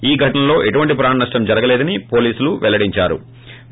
ఈ ఘటనలో ఎటువంటి ప్రాణ నష్టం జరగలేదని పోలీసులు పెల్లడించారు